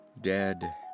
dead